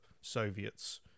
Soviets